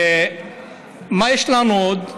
מה יש לנו עוד?